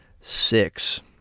six